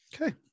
okay